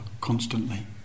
constantly